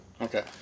Okay